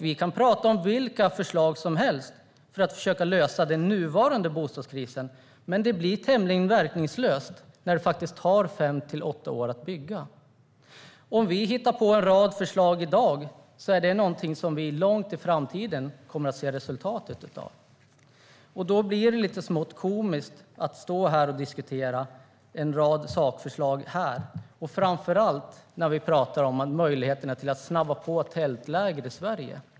Vi kan tala om vilka förslag som helst för att försöka lösa den nuvarande bostadskrisen. Men det blir tämligen verkningslöst när det faktiskt tar fem till åtta år att bygga. Om vi hittar på en rad förslag i dag är det någonting som vi långt i framtiden kommer att se resultatet av. Då blir det smått komiskt att stå här och diskutera en rad sakförslag, framför allt när vi talar om möjligheten att snabba på tältläger i Sverige.